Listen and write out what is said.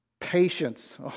Patience